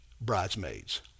bridesmaids